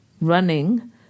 running